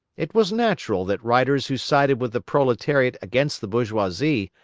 it was natural that writers who sided with the proletariat against the bourgeoisie,